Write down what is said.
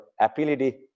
ability